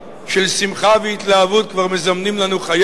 של שמחה והתלהבות כבר מזמנים לנו חיינו?